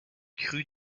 crues